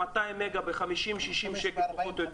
200 מגה ב-60-50 שקלים לחודש,